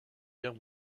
guerre